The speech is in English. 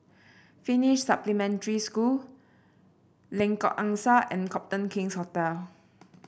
Finnish Supplementary School Lengkok Angsa and Copthorne King's Hotel